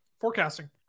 Forecasting